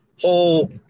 whole